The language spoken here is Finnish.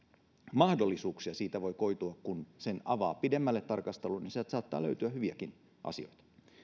mahdollisuuksia siitä voi koitua kun sen avaa pidemmälle tarkastelulle niin sieltä saattaa löytyä hyviäkin asioita